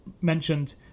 mentioned